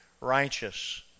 righteous